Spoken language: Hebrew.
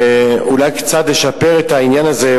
אולי קצת לשפר את העניין הזה,